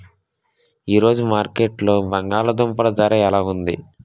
ఈ రోజు మార్కెట్లో బంగాళ దుంపలు ధర ఎలా ఉంది?